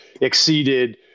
exceeded